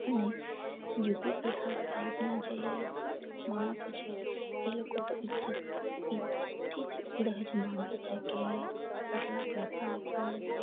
અને યુપી બિહાર સાઈડના જે માણસો છે એ લોકો તો ઈજથી જ દહેજ માંગે છે કે આટલા પૈસા આપો